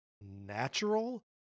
natural